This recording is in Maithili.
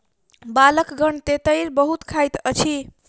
बालकगण तेतैर बहुत खाइत अछि